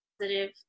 positive